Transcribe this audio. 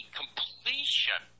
completion